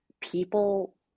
people